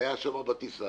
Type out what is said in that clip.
והיה שם בטיסה